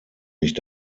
nicht